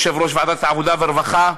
יושב-ראש ועדת העבודה והרווחה,